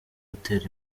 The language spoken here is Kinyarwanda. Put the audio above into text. butera